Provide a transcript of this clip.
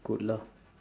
good lah